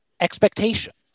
expectations